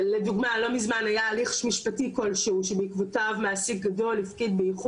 שבעקבותיו מעסיק גדול הפקיד באיחור לכמות גדולה של עובדים,